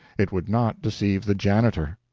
it would not deceive the janitor.